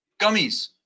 gummies